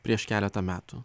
prieš keletą metų